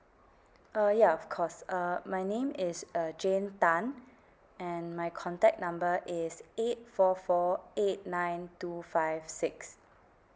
uh ya of course uh my name is uh jane tan and my contact number is eight four four eight nine two five six